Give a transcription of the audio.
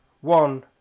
one